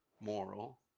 moral